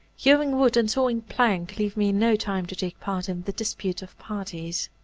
hewing wood and sawing plank leave me no time to take part in the disputes of parties.